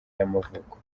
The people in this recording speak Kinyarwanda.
y’amavuko